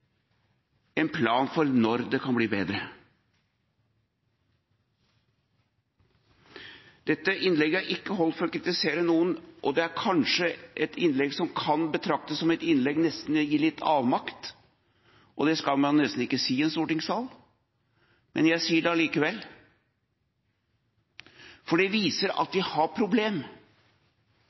en plan for når det kan bli bedre! Dette innlegget er ikke holdt for å kritisere noen. Det kan kanskje betraktes som et innlegg holdt i litt avmakt. Det skal man nesten ikke si i stortingssalen, men jeg sier det allikevel, for det viser at vi har et problem,